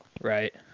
Right